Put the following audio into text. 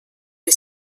des